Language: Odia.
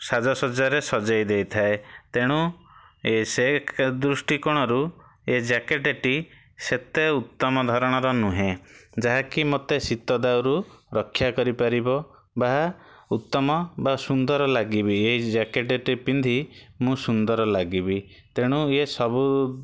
ସାଜସଜାରେ ସଜେଇ ଦେଇଥାଏ ତେଣୁ ଏ ସେ ଦୃଷ୍ଟିକୋଣରୁ ଏ ଜ୍ୟାକେଟେଟି ସେତେ ଉତ୍ତମ ଧରଣର ନୁହେଁ ଯାହାକି ମୋତେ ଶୀତ ଦାଉରୁ ରକ୍ଷା କରିପାରିବ ବା ଉତ୍ତମ ବା ସୁନ୍ଦର ଲାଗିବି ଏଇ ଜ୍ୟାକେଟେଟି ପିନ୍ଧି ମୁଁ ସୁନ୍ଦର ଲାଗିବି ତେଣୁ ଏ ସବୁ